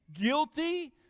guilty